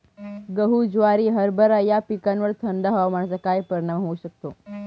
गहू, ज्वारी, हरभरा या पिकांवर थंड हवामानाचा काय परिणाम होऊ शकतो?